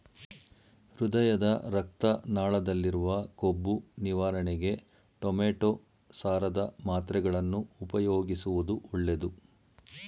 ಹೃದಯದ ರಕ್ತ ನಾಳದಲ್ಲಿರುವ ಕೊಬ್ಬು ನಿವಾರಣೆಗೆ ಟೊಮೆಟೋ ಸಾರದ ಮಾತ್ರೆಗಳನ್ನು ಉಪಯೋಗಿಸುವುದು ಒಳ್ಳೆದು